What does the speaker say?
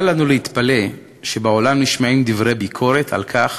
אל לנו להתפלא שבעולם נשמעים דברי ביקורת על כך